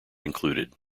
included